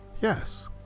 Yes